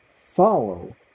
follow